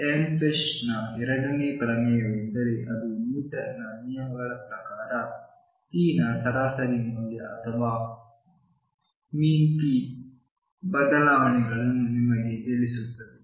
ಎಹ್ರೆನ್ಫೆಸ್ಟ್ನ ಎರಡನೇ ಪ್ರಮೇಯವೆಂದರೆ ಅದು ನ್ಯೂಟನ್ನ ನಿಯಮಗಳ ಪ್ರಕಾರ p ನ ಸರಾಸರಿ ಮೌಲ್ಯ ಅಥವಾ ⟨p⟩ ಬದಲಾವಣೆಗಳನ್ನು ನಿಮಗೆ ತಿಳಿಸುತ್ತದೆ